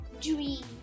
Dream